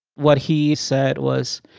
what he said was,